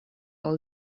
all